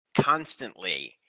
constantly